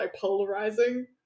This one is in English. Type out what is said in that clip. polarizing